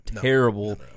terrible